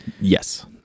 Yes